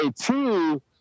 two